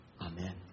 Amen